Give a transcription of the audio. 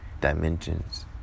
dimensions